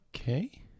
Okay